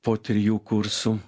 po trijų kursų